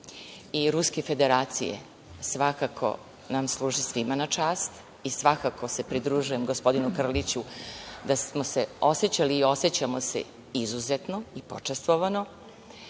i Ruske Federacije svakako nam služi svima na čast i svakako se pridružujem gospodinu Krliću, da smo se osećali i osećamo se izuzetno i počastvovano,